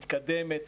מתקדמת,